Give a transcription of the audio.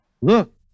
look